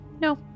No